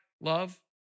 love